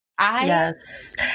Yes